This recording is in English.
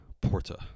Porta